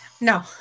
No